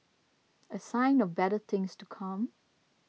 a sign of better things to come